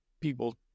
people